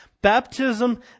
Baptism